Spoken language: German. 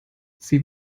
sie